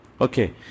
Okay